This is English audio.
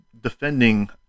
defending